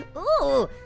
ah ooh!